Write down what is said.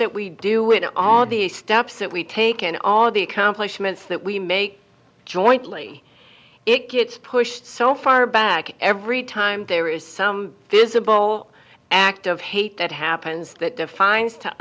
that we do it all the steps that we take and all of the accomplishments that we make jointly it gets pushed so far back every time there is some visible act of hate that happens that defines to